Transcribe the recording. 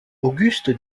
auguste